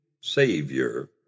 Savior